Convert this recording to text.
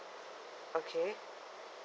okay